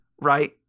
right